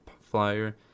flyer